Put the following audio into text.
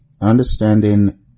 understanding